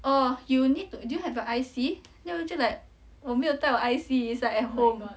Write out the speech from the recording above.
orh you need to do you have a I_C then 我就 like 我没有带我 I_C it's like at home